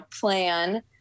plan